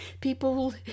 People